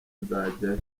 nzajyayo